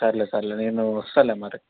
సర్లే సర్లే నేను వస్తాలే మరి